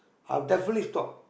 I'll definitely stop